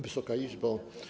Wysoka Izbo!